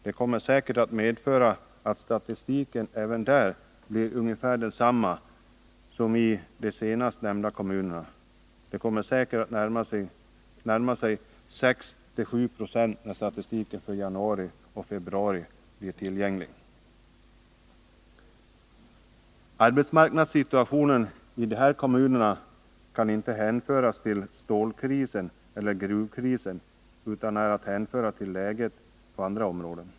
Det kommer säkerligen att medföra att statistiken även där blir ungefär densamma som i de nyss nämnda kommunerna. Det kommer säkerligen att närma sig 6 å 7 20 när statistiken för januari och februari blir tillgänglig. Arbetsmarknadssituationen i de här kommunerna kan inte hänföras till stålkrisen eller gruvkrisen, utan den är att hänföra till läget på andra områden.